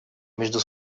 между